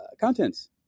Contents